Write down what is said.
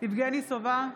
יבגני סובה,